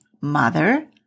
mother